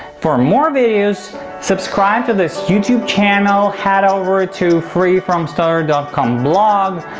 for more videos subscribe to this youtube channel, head over to freefromstutter dot com blog,